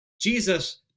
Jesus